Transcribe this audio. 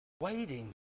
Waiting